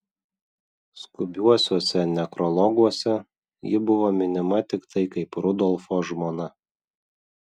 skubiuosiuose nekrologuose ji buvo minima tiktai kaip rudolfo žmona